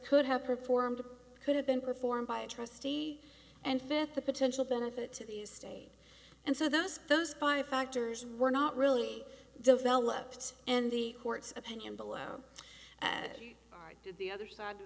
could have performed could have been performed by a trustee and fit the potential benefit to the estate and so those those five factors were not really developed and the court's opinion below as you did the other side of the